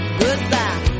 goodbye